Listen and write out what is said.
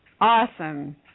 Awesome